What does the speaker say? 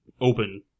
open